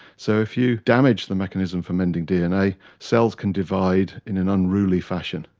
so if you damage the mechanism for mending dna cells can divide in an unruly fashion.